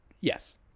yes